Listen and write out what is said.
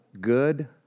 good